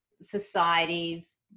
societies